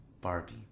Barbie